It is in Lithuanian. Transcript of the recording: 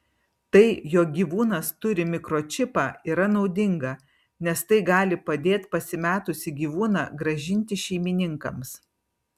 tai jog gyvūnas turi mikročipą yra naudinga nes tai gali padėt pasimetusį gyvūną grąžinti šeimininkams